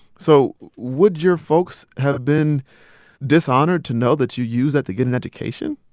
so would your folks have been dishonored to know that you used that to get an education?